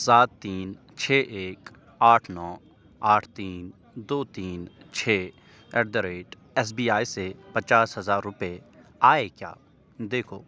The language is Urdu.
سات تین چھ ایک آٹھ نو آٹھ تین دو تین چھ at the rate S B I سے پچاس ہزار روپے آئے کیا دیکھو